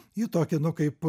į tokį nu kaip